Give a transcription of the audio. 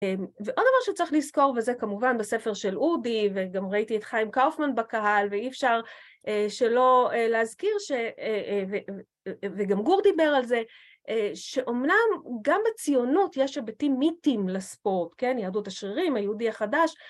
ועוד דבר שצריך לזכור, וזה כמובן בספר של אודי, וגם ראיתי את חיים קאופמן בקהל, ואי אפשר שלא להזכיר, וגם גור דיבר על זה, שאומנם גם בציונות יש היביטים מיתיים לספורט, כן? יהדות השרירים, היהודי החדש,